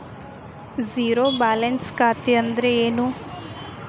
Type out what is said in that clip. Zero balance ಖಾತೆ ಅಂದ್ರೆ ಏನು?